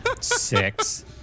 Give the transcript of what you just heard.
Six